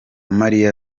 marie